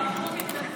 אף אחד לא מתנצל.